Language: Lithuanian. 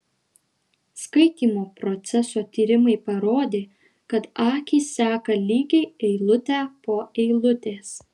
skaitymo proceso tyrimai parodė kad akys seka lygiai eilutę po eilutės